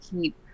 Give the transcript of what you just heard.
keep